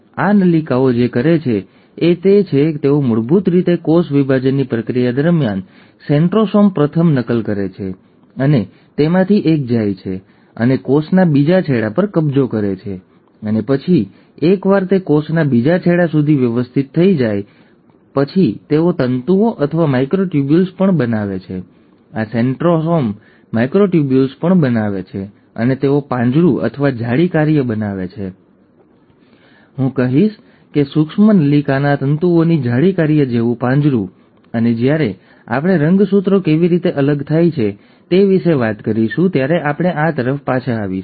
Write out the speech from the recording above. તેથી આ નલીકાઓ જે કરે છે તે એ છે કે તેઓ મૂળભૂત રીતે કોષ વિભાજનની પ્રક્રિયા દરમિયાન સેન્ટ્રોસોમ પ્રથમ નકલ કરે છે અને તેમાંથી એક જાય છે અને કોષના બીજા છેડા પર કબજો કરે છે અને પછી એકવાર તે કોષના બીજા છેડા સુધી વ્યવસ્થિત થઈ જાય છે પછી તેઓ તંતુઓ અથવા માઇક્રોટ્યુબ્યુલ્સ પણ બનાવે છે આ સેન્ટ્રોસોમ માઇક્રોટ્યુબ્યુલ્સ પણ બનાવે છે અને તેઓ પાંજરું અથવા જાળી કાર્ય બનાવે છે હું કહીશ કે સૂક્ષ્મ નલીકાના તંતુઓની જાળી કાર્ય જેવું પાંજરું અને જ્યારે આપણે રંગસૂત્રો કેવી રીતે અલગ થાય છે તે વિશે વાત કરીશું ત્યારે આપણે આ તરફ પાછા આવીશું